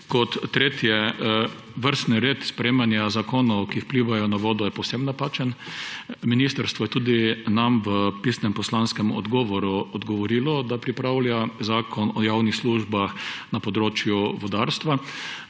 Kot tretje, vrstni red sprejemanja zakonov, ki vplivajo na vodo, je povsem napačen. Ministrstvo je tudi nam v pisnem poslanskem odgovoru odgovorilo, da pripravlja zakon o javnih službah na področju vodarstva.